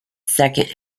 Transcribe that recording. second